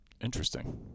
Interesting